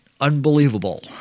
unbelievable